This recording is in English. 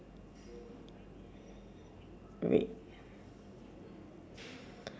red